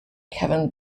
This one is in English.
kevin